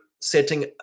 setting